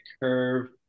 curve